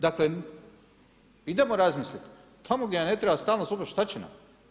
Dakle idemo razmisliti tamo gdje nam ne treba stalna služba šta će nam.